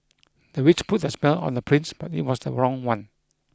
the witch put a spell on the prince but it was the wrong one